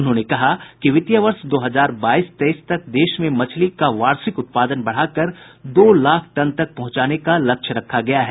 उन्होंने कहा कि वित्तीय वर्ष दो हजार बाईस तेईस तक देश में मछली का वार्षिक उत्पादन बढ़ाकर दो लाख टन तक पहुंचाने का लक्ष्य रखा गया है